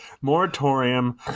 moratorium